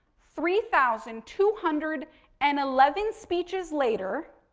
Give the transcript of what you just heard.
three thousand two hundred and eleven speeches later,